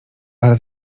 ale